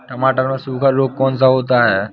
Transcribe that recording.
टमाटर में सूखा रोग कौन सा होता है?